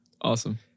Awesome